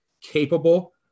capable